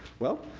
well,